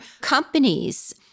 companies